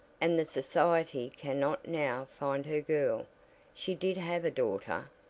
and the society cannot now find her girl she did have a daughter.